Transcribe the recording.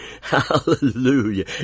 Hallelujah